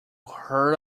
heard